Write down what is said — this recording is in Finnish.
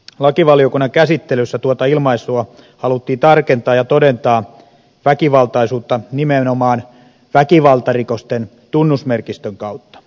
lakivaliokunnan käsittelyssä tuota ilmaisua haluttiin tarkentaa ja todentaa väkivaltaisuutta nimenomaan väkivaltarikosten tunnusmerkistön kautta